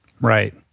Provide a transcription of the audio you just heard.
Right